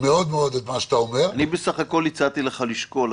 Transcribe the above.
את מה שאתה אומר --- אני בסך הוכל הצעתי לך לשקול,